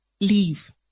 Leave